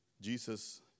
Jesus